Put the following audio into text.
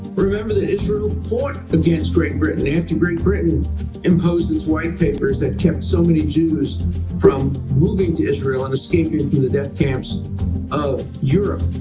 remember that israel fought against great britain, after great britain imposed its white papers that kept so many jews from moving to israel and escaping from the death camps of europe.